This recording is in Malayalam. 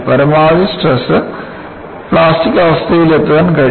പരമാവധി സ്ട്രെസ്ന് പ്ലാസ്റ്റിക് അവസ്ഥയിലെത്താൻ കഴിയും